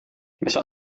besok